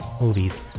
movies